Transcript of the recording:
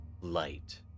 light